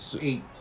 eight